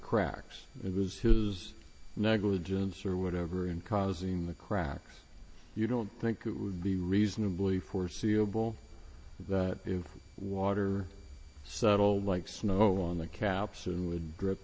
cracks it was his negligence or whatever in causing the cracks you don't think it would be reasonably foreseeable that if water settled like snow on the caps and would drip